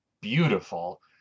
beautiful